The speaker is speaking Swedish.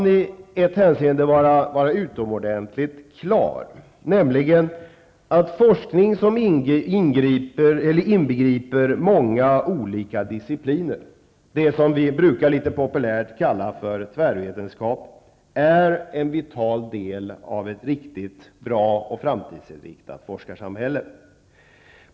Låt mig i ett hänseende vara utomordenligt klar, nämligen att forskning som inbegriper många olika discipliner, det som vi litet populärt brukar kalla för tvärvetenskap, är en vital del av ett riktigt bra och framtidsinriktat forskarsamhälle.